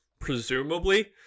presumably